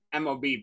mob